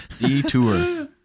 Detour